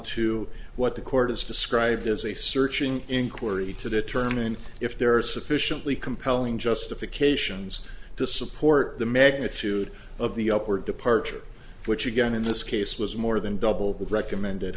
to what the court has described as a searching inquiry to determine if there are sufficiently compelling justifications to support the magnitude of the upward departure which again in this case was more than double the recommended